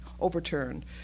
overturned